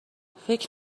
فکر